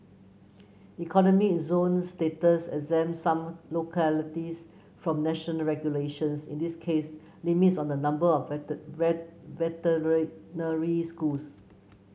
economic zone status exempts some localities from national regulations in this case limits on the number of veterinary schools